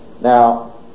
Now